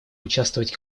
участвовать